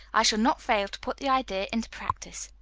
i shall not fail to put the idea into practice.